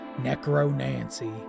Necro-Nancy